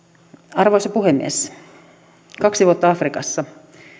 arvoisa puhemies kaksi vuotta afrikassa